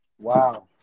Wow